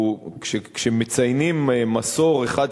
כשמציינים "מסור" 1,